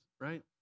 right